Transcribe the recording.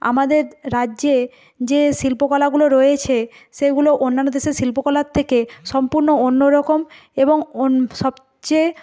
আমাদের রাজ্যে যে শিল্পকলাগুলো রয়েছে সেগুলো অন্যান্য দেশের শিল্পকলার থেকে সম্পূর্ণ অন্য রকম এবং সবচেয়ে